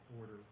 order